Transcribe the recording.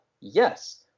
Yes